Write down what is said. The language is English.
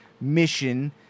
mission